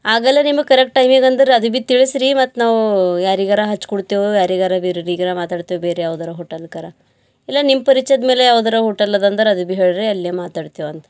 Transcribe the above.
ಆಗಲ್ಲ ನಿಮಗ್ ಕರೆಕ್ಟ್ ಟೈಮಿಗೆ ಅಂದ್ರ ಅದು ಬಿ ತಿಳಿಸ್ರಿ ಮತ್ತು ನಾವೂ ಯಾರಿಗಾರ ಹಚ್ಚಿಕೊಡ್ತೆವು ಯಾರಿಗಾರ ಬೇರೋರಿಗೆಲ್ಲ ಮಾತಾಡ್ತೇವು ಬೇರೆ ಯಾವ್ದಾರ ಹೋಟೆಲ್ಕರ ಇಲ್ಲಾ ನಿಮ್ಮ ಪರಿಚಯದ ಮೇಲೆ ಯಾವ್ದಾರ ಹೋಟೆಲ್ ಅದು ಅಂದ್ರೆ ಅದು ಬಿ ಹೇಳ್ರಿ ಅಲ್ಲೇ ಮಾತಾಡ್ತೇವಂತ